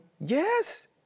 Yes